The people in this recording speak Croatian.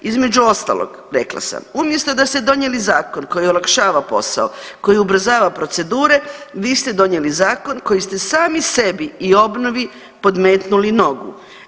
Između ostalog rekla sam, umjesto da ste donijeli zakon koji olakšava posao, koji ubrzava procedure, vi ste donijeli zakon koji ste sami i obnovi podmetnuli nogu.